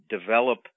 develop